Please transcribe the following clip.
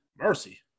Mercy